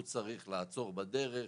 הוא צריך לעצור בדרך,